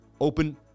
open